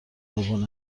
واگن